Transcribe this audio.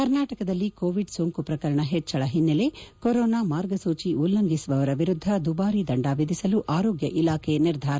ಕರ್ನಾಟಕದಲ್ಲಿ ಕೋವಿಡ್ ಸೋಂಕು ಪ್ರಕರಣ ಹೆಚ್ಚಳ ಹಿನ್ನೆಲೆ ಕೊರೋನಾ ಮಾರ್ಗಸೂಚಿ ಉಲ್ಲಂಘಿಸುವವರ ವಿರುದ್ದ ದುಬಾರಿ ದಂಡ ವಿಧಿಸಲು ಆರೋಗ್ಯ ಇಲಾಖೆ ನಿರ್ಧಾರ